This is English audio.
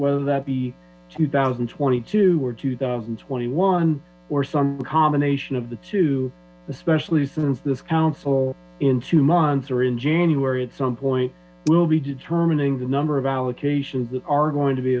whether that be two thousand and twenty two or two thousand and twenty one or some combination of the two especially since this council in two months or in january at some point we'll be determining the number of allocation that are going to be